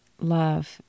love